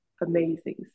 amazing